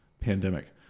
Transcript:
pandemic